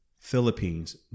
Philippines